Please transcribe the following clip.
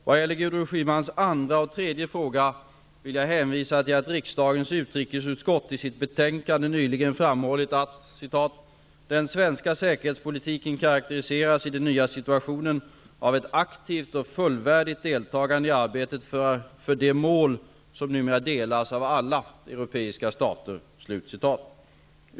Vad gäller Gudrun Schymans andra och tredje fråga vill jag hänvisa till att riksdagens utrikesutskott i ett betänkande nyligen framhållit: ''Den svenska säkerhetspolitiken karakteriseras i den nya situationen tvärtom av ett aktivt och fullvärdigt deltagande i arbetet för de mål som numera delas av alla europeiska stater.''